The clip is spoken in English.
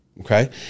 okay